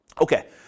Okay